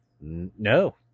No